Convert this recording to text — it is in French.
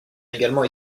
également